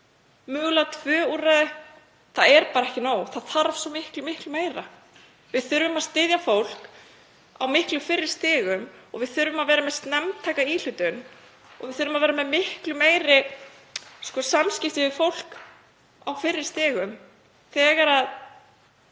mögulega tvö, til staðar, það er bara ekki nóg. Það þarf svo miklu meira. Við þurfum að styðja fólk á fyrri stigum og við þurfum að vera með snemmtæka íhlutun. Við þurfum að vera með miklu meiri samskipti við fólk á fyrri stigum þegar